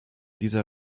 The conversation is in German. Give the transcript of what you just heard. dieser